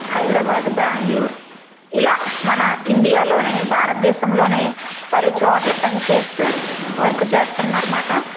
హైదరాబాద్ బ్యాంగ్లూర్ ఇలా మన ఇండియాలోనే భారతదేశంలోనే పలు చోట్ల పని చేస్తూ వర్కు చేస్తున్నారమాట